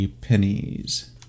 pennies